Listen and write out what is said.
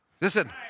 Listen